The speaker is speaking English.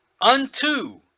unto